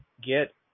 get